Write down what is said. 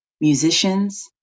musicians